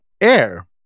Air